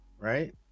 right